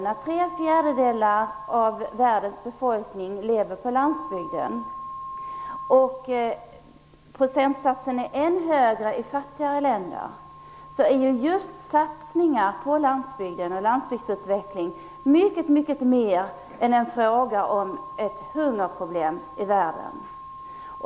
När tre fjärdedelar av världens befolkning lever på landsbygden - andelen är ännu högre i fattiga länder - är satsningar just på landsbygden och på landsbygdsutveckling mycket mer än en fråga om ett hungerproblem i världen.